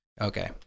Okay